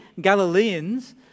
Galileans